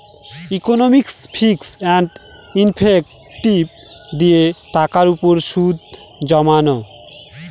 ইকনমিকসে ফিচ and effective দিয়ে টাকার উপর সুদ জমানো